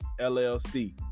LLC